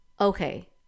okay